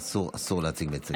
סליחה, אסור להציג מייצגים.